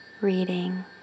reading